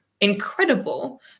incredible